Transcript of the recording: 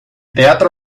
teatro